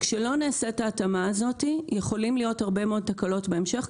כשלא נעשית ההתאמה הזאת יכולות להיות הרבה תקלות בהמשך,